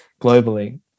globally